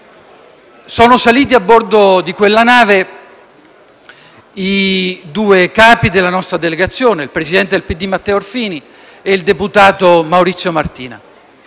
Sono saliti a bordo di quella nave i due capi della nostra delegazione, il presidente del Partito democratico Matteo Orfini e il deputato Maurizio Martina.